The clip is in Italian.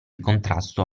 contrasto